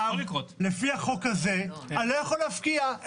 לפי החוק הזה אני לא יכול להפקיע,